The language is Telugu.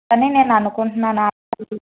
అందుకే నేను అనుకుంటున్నాను